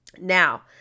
Now